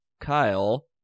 Kyle